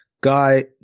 Guy